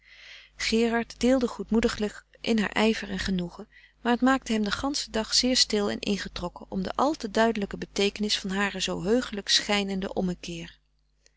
gerard deelde goedmoediglijk in haar ijver en genoegen maar het maakte hem den ganschen dag zeer stil en ingetrokken om de al te duidelijke beteekenis van haren zoo heuchelijk schijnenden ommekeer